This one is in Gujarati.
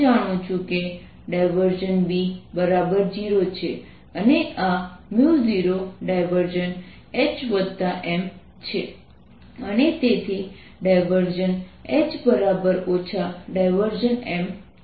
અસાઇનમેન્ટ નંબર 5 શ્રી રબીથ સિંહ અને મિસ પરમિતા દાસ ગુપ્તા દ્વારા હલ કરવામાં આવશે